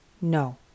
No